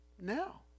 now